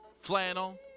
flannel